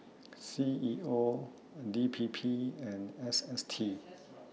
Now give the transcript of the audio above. C E O D P P and S S T